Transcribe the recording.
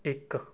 ਇੱਕ